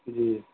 جی